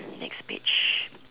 next page